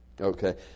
Okay